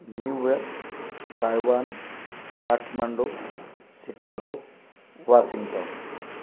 New York Taiwan Kathmandu Chicago Washington